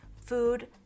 food